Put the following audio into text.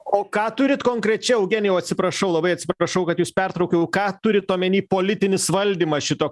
o ką turit konkrečiai eugenijau atsiprašau labai atsiprašau kad jus pertraukiau ką turit omeny politinis valdymas šito